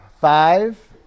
Five